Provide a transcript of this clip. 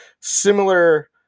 similar